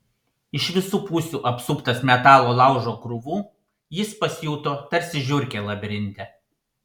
iš visų pusių apsuptas metalo laužo krūvų jis pasijuto tarsi žiurkė labirinte